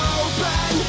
open